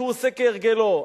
כשהוא עושה כהרגלו.